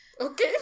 okay